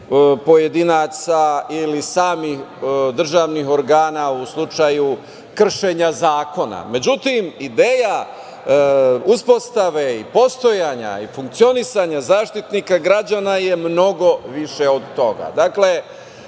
pojedinaca ili samih državnih organa u slučaju kršenja zakona.Međutim, ideja uspostave i postojanja i funkcionisanja Zaštitnika građana je mnogo više od toga.